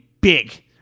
big